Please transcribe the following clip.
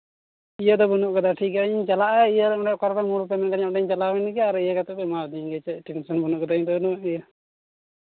ᱤᱭᱟᱹ ᱫᱚ ᱵᱟᱹᱱᱩᱜ ᱠᱟᱫᱟ ᱴᱷᱤᱠ ᱜᱮᱭᱟᱧ ᱪᱟᱞᱟᱜᱼᱟ ᱤᱭᱟᱹ ᱵᱚᱞᱮ ᱚᱠᱟᱨᱮ ᱢᱩᱲ ᱯᱮ ᱢᱮᱱᱫᱟ ᱚᱸᱰᱮᱧ ᱪᱟᱞᱟᱣᱮᱱ ᱜᱮ ᱟᱨ ᱤᱭᱟᱹ ᱠᱟᱛᱮᱫ ᱯᱮ ᱮᱢᱟ ᱟᱹᱫᱤᱧ ᱜᱮ ᱪᱮᱫ ᱴᱮᱱᱥᱮᱱ ᱤᱧᱫᱚ ᱩᱱᱟᱹᱜ ᱤᱭᱟᱹ